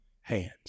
hands